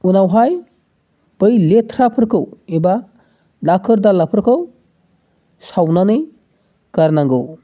उनावहाय बै लेथ्राफोरखौ एबा दाखोर दालाफोरखौ सावनानै गारनांगौ